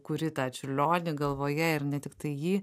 kuri tą čiurlionį galvoje ir ne tiktai jį